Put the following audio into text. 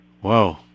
Whoa